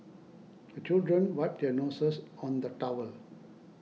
the children wipe their noses on the towel